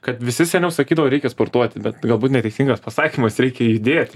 kad visi seniau sakydavo reikia sportuoti bet galbūt neteisingas pasakymas reikia judėti